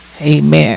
Amen